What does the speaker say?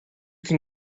can